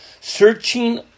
searching